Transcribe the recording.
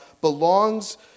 belongs